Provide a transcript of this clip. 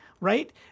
right